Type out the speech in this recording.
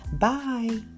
bye